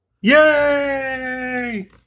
Yay